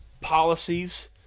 policies